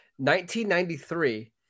1993